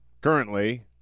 Currently